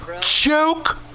Joke